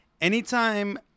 anytime